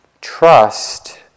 trust